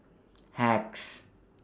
Hacks